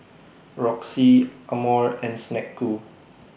Roxy Amore and Snek Ku